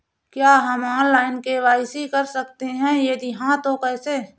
क्या हम online KYC कर सकते हैं यदि हाँ तो कैसे?